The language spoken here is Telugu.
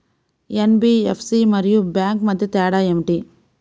ఎన్.బీ.ఎఫ్.సి మరియు బ్యాంక్ మధ్య తేడా ఏమిటి?